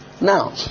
Now